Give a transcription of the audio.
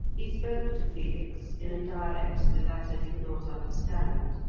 he spoke to felix in a dialect the latter did not understand.